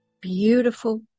beautiful